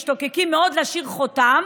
משתוקקים מאוד להשאיר חותם,